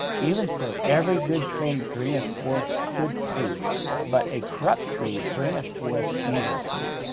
even so every good tree bringeth forth good fruit but a corrupt tree bringeth forth evil fruit.